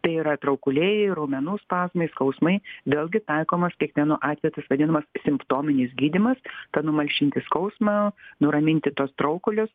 tai yra traukuliai raumenų spazmai skausmai vėlgi taikomas kiekvienu atveju tas vadinamas simptominis gydymas kad numalšinti skausmą nuraminti tuos traukulius